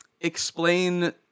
explain